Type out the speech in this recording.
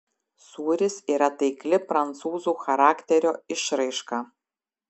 sūris yra taikli prancūzų charakterio išraiška